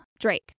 Drake